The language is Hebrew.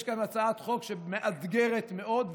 יש כאן הצעת חוק שמאתגרת מאוד,